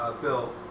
Bill